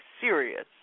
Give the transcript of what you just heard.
serious